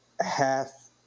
half